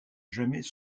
jamais